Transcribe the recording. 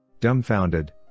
Dumbfounded